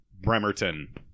Bremerton